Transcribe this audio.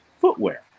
footwear